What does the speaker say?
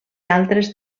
altres